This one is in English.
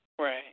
Right